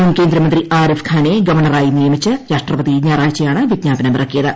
മുൻകേന്ദ്രമന്ത്രി ് ആരീഫ് ഖാനെ ഗവർണറായി നിയമിച്ച് രാഷ്ട്രപതി ഞായറാഴ്ചിയ്ക്ണ് വിജ്ഞാപനമിറക്കിയത്